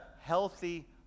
healthy